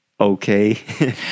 Okay